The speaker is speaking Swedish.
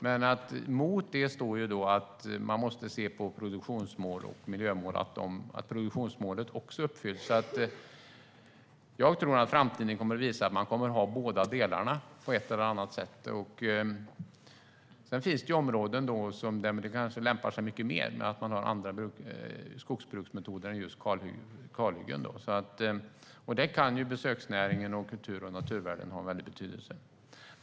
Men mot detta står att man måste se på både produktionsmål och miljömål och att produktionsmålet också uppfylls. Jag tror att framtiden kommer att visa att man kommer att ha båda delarna på ett eller annat sätt. Sedan finns det områden som kanske lämpar sig mycket mer för detta, men att man har andra skogsbruksmetoder än att göra kalhyggen. Där kan besöksnäringen och kultur och naturvärden ha en stor betydelse.